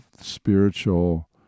spiritual